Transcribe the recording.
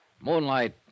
Moonlight